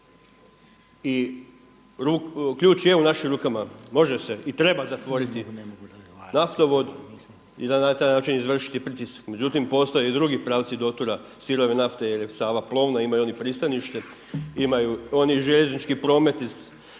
I ključ je u našim rukama, može se i treba zatvoriti naftovod i na taj način izvršiti pritisak. Međutim, postoje i drugi pravci dotura sirove nafte jer je Sava plovna, imaju oni pristanište, imaju oni i željeznički promet kroz